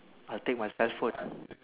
I'll take my cell phone